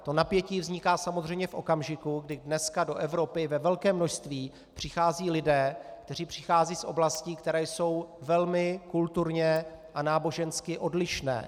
To napětí vzniká samozřejmě v okamžiku, kdy dneska do Evropy ve velkém množství přicházejí lidé, kteří přicházejí z oblastí, které jsou velmi kulturně a nábožensky odlišné.